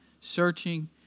searching